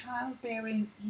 childbearing